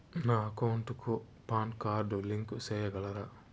నా అకౌంట్ కు PAN card link సేయగలరా?